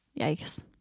Yikes